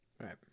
right